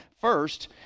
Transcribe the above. first